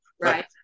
Right